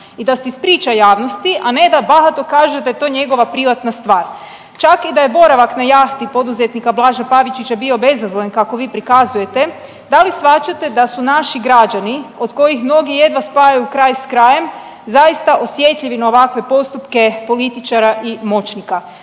i da se ispriča javnosti, a ne da bahato kaže da je to njegova privatna stvar? Čak i da je boravak na jahti poduzetnika Blaža Pavičića bio bezazlen kako bi prikazujete, da li shvaćate da su naši građani od kojih mnogi jedva spajaju kraj s krajem zaista osjetljivi na ovakve postupke političara i moćnika.